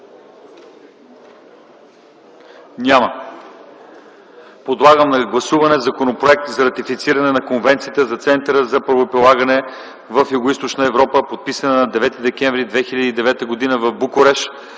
Няма. Подлагам на първо гласуване Законопроект за ратифициране на Конвенцията за Центъра за правоприлагане в Югоизточна Европа, подписана на 9 декември 2009 г. в Букурещ,